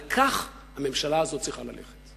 על כך הממשלה הזאת צריכה ללכת.